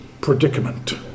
predicament